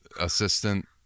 assistant